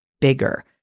bigger